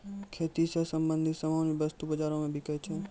खेती स संबंछित सामान भी वस्तु बाजारो म बिकै छै